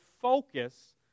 focus